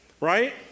right